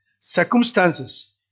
circumstances